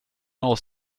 aus